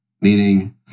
Meaning